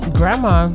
grandma